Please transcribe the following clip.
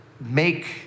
make